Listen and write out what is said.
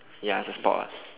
ya it's a sport